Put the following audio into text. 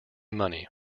money